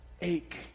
ache